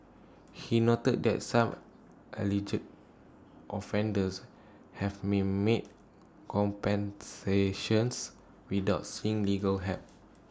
he noted that some alleged offenders have may made compensations without seeking legal help